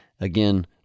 Again